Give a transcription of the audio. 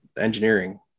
engineering